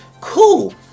Cool